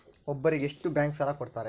ಒಬ್ಬರಿಗೆ ಎಷ್ಟು ಬ್ಯಾಂಕ್ ಸಾಲ ಕೊಡ್ತಾರೆ?